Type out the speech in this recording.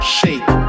shake